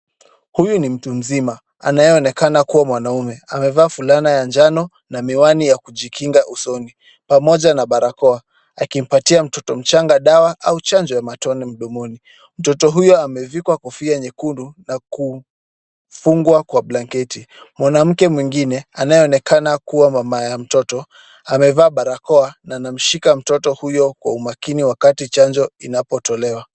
Huyu ni mtu mzima, anayeonekana kuwa ni mwanaume. Amevaa fulana ya njano na miwani ya kujikinga usoni, pamoja na barakoa akimpatia mtoto mdogo dawa ama chanjo ya matone mdomoni. Mtoto huyu amevikwa kofia nyekundu na kufungwa kwa blanketi. Mwanamke mwingine anayeonekana kuwa mama ya mtoto amevaa barakoa na anamshika mtoto huyo kwa umakini wakati chanjo inapotolewa.